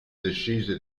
decise